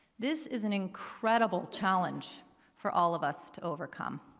this is an incredible challenge for all of us to overcome.